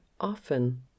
often